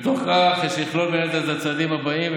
בתוך כך יש לכלול בין היתר את הצעדים הבאים,